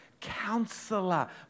Counselor